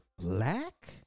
black